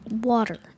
Water